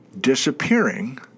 disappearing